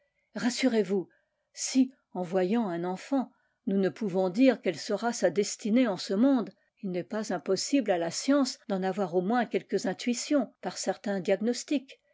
rassurez-vous si en voyant un enfant nous ne pouvons dire quelle sera sa destinée en ce monde il n'est pas impossible à la science d'en avoir au moins quelques intuitions par certains diagnostics